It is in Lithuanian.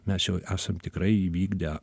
mes jau esam tikrai įvykdę